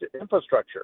infrastructure